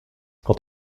quant